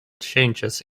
changes